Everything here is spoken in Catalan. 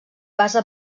base